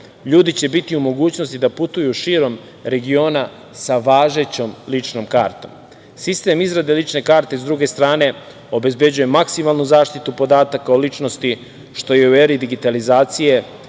ljudi će biti u mogućnosti da putuju širom regiona sa važećom ličnom kartom. Sistem izrade lične karte, s druge strane, obezbeđuje maksimalnu zaštitu podataka o ličnosti, što je u eri digitalizacije